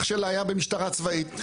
אח שלה היה במשטרה צבאית.